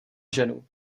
ženu